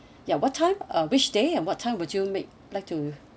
ya what time uh which day and what time would you make like too